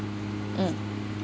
mm